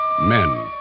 Men